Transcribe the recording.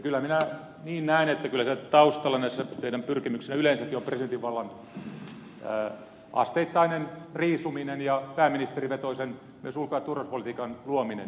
kyllä minä niin näen että kyllä siellä taustalla näissä teidän pyrkimyksissänne yleensäkin on presidentin vallan asteittainen riisuminen ja myös pääministerivetoisen ulko ja turvallisuuspolitiikan luominen